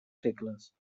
segles